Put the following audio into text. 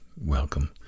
welcome